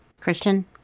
Christian